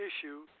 issue